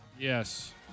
Yes